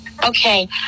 Okay